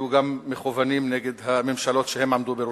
יהיו גם מכוונים נגד הממשלות שהם עמדו בראשן.